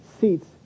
seats